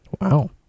Wow